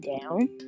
down